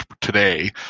today